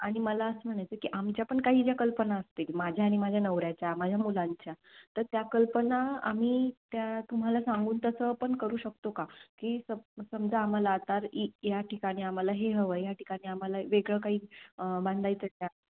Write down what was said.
आणि मला असं म्हणायचं आहे की आमच्या पण काही ज्या कल्पना असतील माझ्या आणि माझ्या नवऱ्याच्या माझ्या मुलांच्या तर त्या कल्पना आम्ही त्या तुम्हाला सांगून तसं पण करू शकतो का की स समजा आम्हाला आता इ या ठिकाणी आम्हाला हे हवं आहे या ठिकाणी आम्हाला वेगळं काही बांधायचं त्या